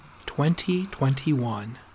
2021